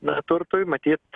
na turtui matyt